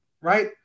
right